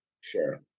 Sure